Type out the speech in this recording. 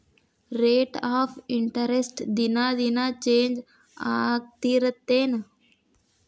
rate of interest ದಿನಾ ದಿನಾ change ಆಗ್ತಿರತ್ತೆನ್